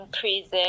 prison